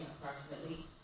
approximately